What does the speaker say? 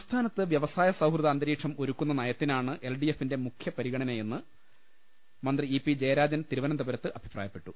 സംസ്ഥാനത്ത് വ്യവസായ സൌഹൃദ അന്തരീഷം ഒരുക്കുന്ന നയത്തിനാണ് എൽ ഡി എഫിന്റെ മുഖ്യപരിഗണനയെന്ന് മന്ത്രി ഇ പി ജയരാജൻ തിരുവനന്തപുരത്ത് അഭിപ്രായപ്പെട്ടു